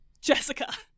Jessica